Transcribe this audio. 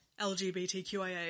LGBTQIA